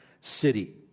city